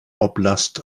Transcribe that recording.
oblast